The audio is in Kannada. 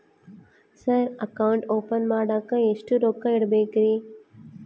ಸರ್ ಅಕೌಂಟ್ ಓಪನ್ ಮಾಡಾಕ ಎಷ್ಟು ರೊಕ್ಕ ಇಡಬೇಕ್ರಿ?